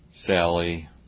Sally